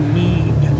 need